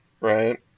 right